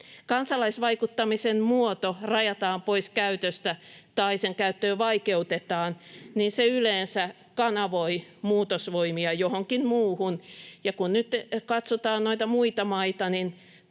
kansalaisvaikuttamisen muoto rajataan pois käytöstä tai sen käyttöä vaikeutetaan, se yleensä kanavoi muutosvoimia johonkin muuhun, ja kun nyt katsotaan noita muita